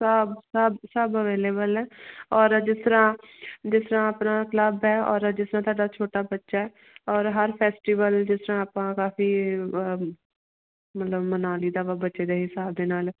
ਸਭ ਸਭ ਸਭ ਅਵੇਲੇਟਲ ਹੈ ਔਰ ਜਿਸ ਤਰ੍ਹਾਂ ਜਿਸ ਤਰ੍ਹਾਂ ਆਪਣਾ ਕਲੱਬ ਹੈ ਔਰ ਜਿਸ ਤਰ੍ਹਾਂ ਸਾਡਾ ਛੋਟਾ ਬੱਚਾ ਔਰ ਹਰ ਫੈਸਟੀਵਲ ਜਿਸ ਤਰ੍ਹਾਂ ਆਪਾਂ ਕਾਫੀ ਅ ਮਤਲਬ ਮਨਾ ਲਈ ਦਾ ਬ ਬੱਚੇ ਦੇ ਹਿਸਾਬ ਦੇ ਨਾਲ